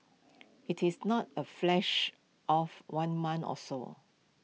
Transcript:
IT is not A flash of one mon or so